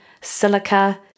silica